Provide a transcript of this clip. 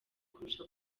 kurusha